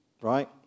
Right